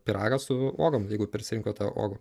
pyragą su uogom jeigu prisirinkote uogų